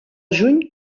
juny